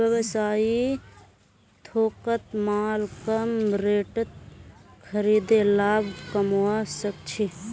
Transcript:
व्यवसायी थोकत माल कम रेटत खरीदे लाभ कमवा सक छी